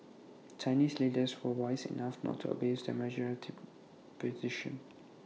Chinese leaders were wise enough not to abuse their majority position